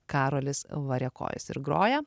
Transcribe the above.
karolis variakojis ir groja